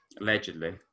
Allegedly